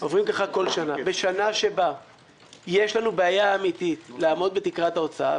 בשנה שבה יש לנו בעיה אמתית לעמוד בתקרת ההוצאה,